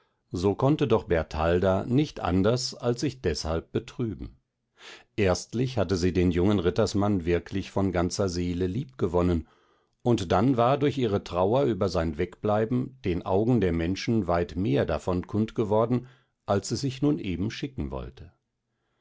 so konnte doch bertalda nicht anders als sich deshalb betrüben erstlich hatte sie den jungen rittersmann wirklich von ganzer seele liebgewonnen und dann war durch ihre trauer über sein wegbleiben den augen der menschen weit mehr davon kund geworden als sich nun eben schicken wollte